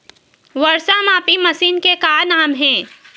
वर्षा मापी मशीन के का नाम हे?